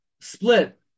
split